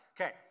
Okay